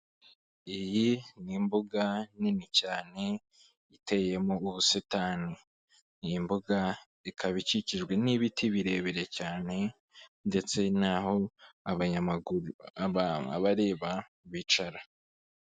Iyi ni imbuga nini cyane iteyemo ubusitani, iyi mbuga ikaba ikikijwe n'ibiti birebire cyane ndetse n'aho abanyamaguru abareba bicara.